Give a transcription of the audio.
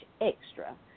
extra